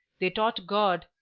they taught god,